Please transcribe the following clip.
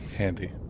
handy